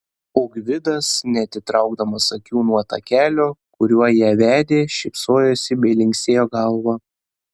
o gvidas neatitraukdamas akių nuo takelio kuriuo ją vedė šypsojosi bei linksėjo galva